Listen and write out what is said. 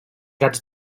gats